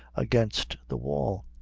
against the wall.